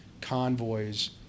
convoys